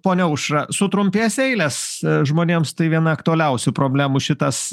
ponia aušra sutrumpės eilės žmonėms tai viena aktualiausių problemų šitas